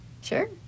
Sure